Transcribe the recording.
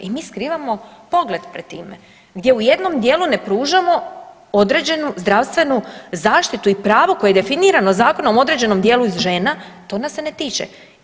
I mi skrivamo pogled pred time gdje u jednom dijelu ne pružamo određenu zdravstvenu zaštitu i pravo koje je definirano zakonom određenom dijelu žena, to nas se ne tiče.